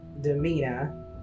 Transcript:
demeanor